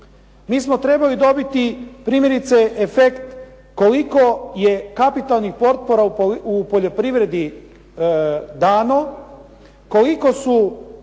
Mi smo trebali dobiti primjerice efekt koliko je kapitalnih potpora u poljoprivredi dano, koliko su